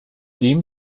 dem